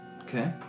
Okay